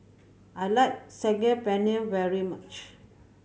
I like Saag Paneer very much